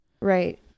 right